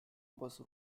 bus